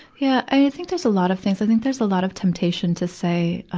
yeah. i think there's a lot of things. i think there's a lot of temptation to say, ah